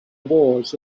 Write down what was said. wars